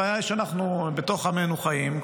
הבעיה היא שבתוך עמנו אנו חיים.